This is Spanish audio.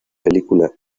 película